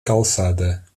calçada